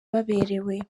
baberewe